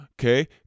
Okay